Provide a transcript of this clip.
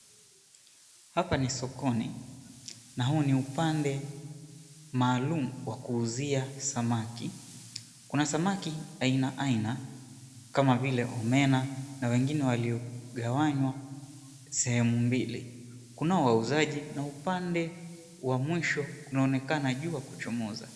Hapa ni sokoni, na huu ni upande maalumu wa kuuzia samaki. Kuna samaki aina aina kama vile omena na wengine waliogawanywa sehemu mbili. Kunao wauzaji na upande wa mwisho kunaonekana jua kuchomoza.